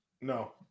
No